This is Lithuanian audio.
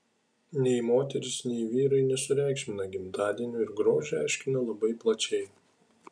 nei moterys nei vyrai nesureikšmina gimtadienių ir grožį aiškina labai plačiai